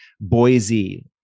Boise